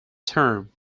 term